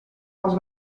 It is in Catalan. els